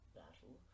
battle